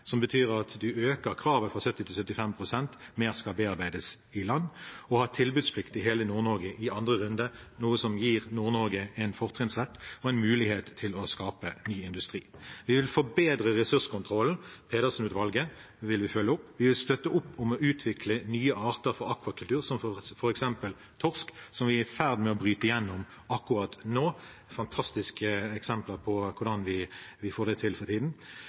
som betyr at en øker kravet fra 70 til 75 pst., med tanke på det som skal bearbeides i land, og tilbudsplikten i hele Nord-Norge i andre runde, noe som gir Nord-Norge en fortrinnsrett og en mulighet til å skape ny industri. Vi vil forbedre ressurskontrollen – følge opp Pedersen-utvalget. Vi vil støtte opp om å utvikle nye arter for akvakultur, som f.eks. torsk, der vi er i ferd med å bryte igjennom akkurat nå – fantastiske eksempler på hvordan vi får det til for tiden.